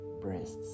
breasts